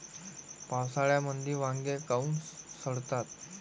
पावसाळ्यामंदी वांगे काऊन सडतात?